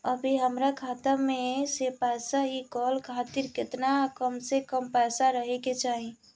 अभीहमरा खाता मे से पैसा इ कॉल खातिर केतना कम से कम पैसा रहे के चाही?